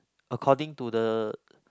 according to the